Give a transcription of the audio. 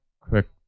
quick